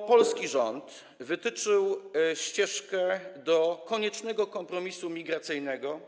To polski rząd wytyczył ścieżkę do koniecznego kompromisu migracyjnego,